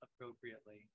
Appropriately